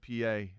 PA